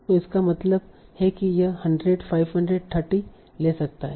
तो इसका मतलब है कि यह 100 500 30 ले सकता है